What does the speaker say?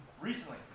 Recently